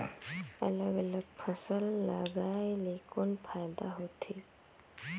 अलग अलग फसल लगाय ले कौन फायदा होथे?